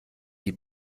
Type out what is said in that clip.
die